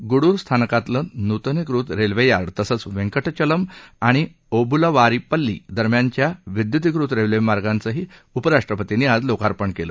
गुडुरूस्थानकातलं नूतनीकृत रेल्वेयार्ड तसंच वेंकटचलम आणि ओबूलावारीपल्ली दरम्यानच्या विद्युतीकृत रेल्वेमार्गाचंही उपराष्ट्रपतींनी आज लोकार्पण केलं